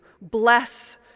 bless